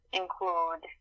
include